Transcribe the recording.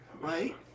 Right